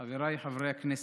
לצאת